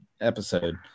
episode